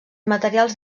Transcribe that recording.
materials